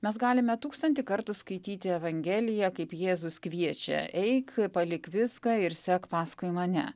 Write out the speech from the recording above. mes galime tūkstantį kartų skaityti evangeliją kaip jėzus kviečia eik palik viską ir sek paskui mane